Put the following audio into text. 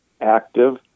active